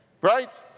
right